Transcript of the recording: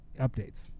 updates